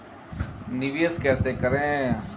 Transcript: निवेश कैसे करें?